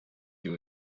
you